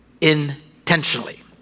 intentionally